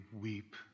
weep